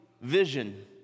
vision